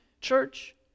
church